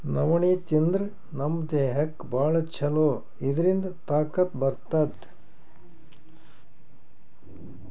ನವಣಿ ತಿಂದ್ರ್ ನಮ್ ದೇಹಕ್ಕ್ ಭಾಳ್ ಛಲೋ ಇದ್ರಿಂದ್ ತಾಕತ್ ಬರ್ತದ್